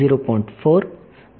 4 0